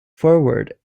forward